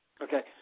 okay